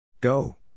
Go